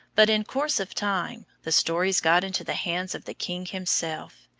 but in course of time the stories got into the hands of the king himself.